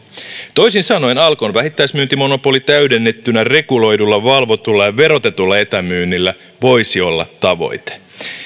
toisin sanoen alkon vähittäismyyntimonopoli täydennettynä reguloidulla valvotulla ja verotetulla etämyynnillä voisi olla tavoite